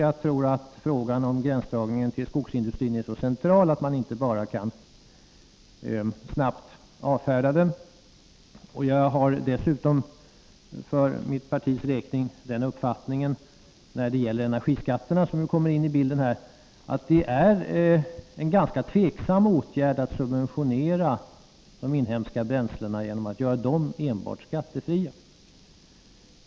Jag tror att frågan om gränsdragningen till skogsindustrin är så central att man inte bara snabbt kan avfärda den. Jag och det parti jag företräder har dessutom den uppfattningen när det gäller energiskatterna, som kommer in i bilden här, att det är en ganska tvivelaktig åtgärd att subventionera de inhemska bränslena genom att göra enbart dem skattefria.